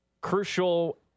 crucial